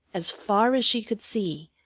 as far as she could see,